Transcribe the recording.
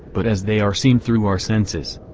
but as they are seen through our senses.